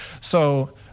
So-